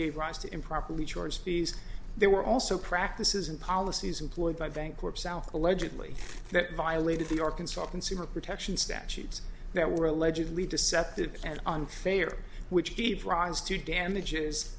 gave rise to improperly charge fees there were also practices and policies employed by bancorp south allegedly that violated the arkansas consumer protection statutes that were allegedly deceptive and unfair which gives rise to damages